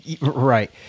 right